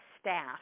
staff